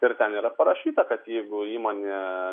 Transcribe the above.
ir ten yra parašyta kad jeigu įmonė